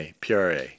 PRA